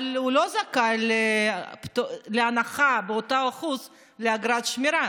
אבל הוא לא זכאי להנחה באותו אחוז מאגרת שמירה.